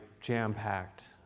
jam-packed